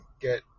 get